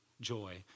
joy